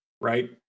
right